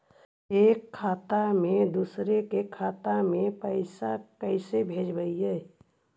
एक खाता से दुसर के खाता में पैसा कैसे भेजबइ?